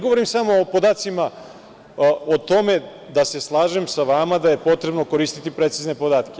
Govorim samo o podacima, o tome da se slažem sa vama da je potrebno koristiti precizne podatke.